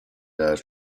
their